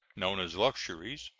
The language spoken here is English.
known as luxuries,